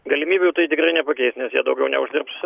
galimybių tai tikrai nepakeis nes jie daugiau neuždirbs